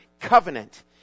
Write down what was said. covenant